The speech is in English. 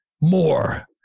more